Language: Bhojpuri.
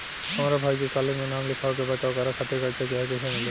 हमरा भाई के कॉलेज मे नाम लिखावे के बा त ओकरा खातिर कर्जा चाही कैसे मिली?